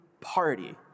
party